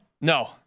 No